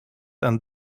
and